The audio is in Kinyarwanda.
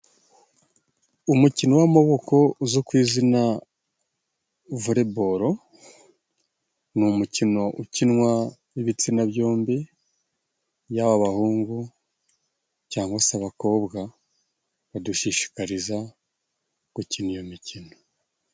Umukino w'amaboko uzwi ku izina voleboro ni umukino ukinwa n'ibitsina byombi yaba abahungu cyangwa se abakobwa badushishikariza gukina iyo mikino.